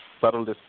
subtlest